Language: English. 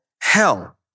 hell